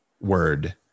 word